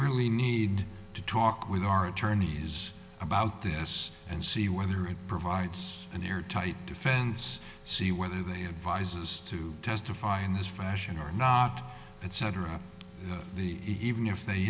really need to talk with our attorneys about this and see whether it provides an airtight defense see whether they advise us to testify in this fashion or not etc the even if they